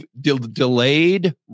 delayed